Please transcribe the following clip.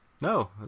No